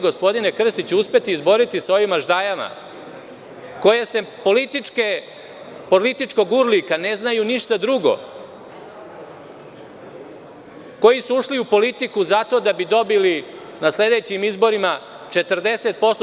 Gospodine Krstiću, da li ćete uspeti izboriti se sa ovim aždajama koji, sem političkog urlika, ne znaju ništa drugo, koji su ušli u politiku zato da bi dobili na sledećim izborima 40%